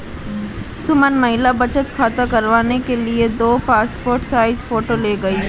सुमन महिला बचत खाता करवाने के लिए दो पासपोर्ट साइज फोटो ले गई